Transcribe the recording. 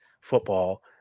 football